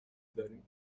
داریم